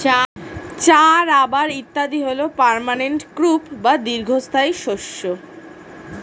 চা, রাবার ইত্যাদি হল পার্মানেন্ট ক্রপ বা দীর্ঘস্থায়ী শস্য